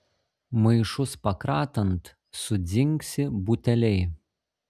maišus pakratant sudzingsi buteliai